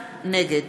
נגד